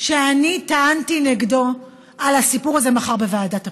שאני טענתי נגדו על הסיפור הזה מחר בוועדת הכנסת.